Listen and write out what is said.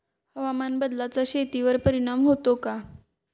हवामान बदलाचा शेतीवर परिणाम होतो का?